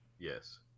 Yes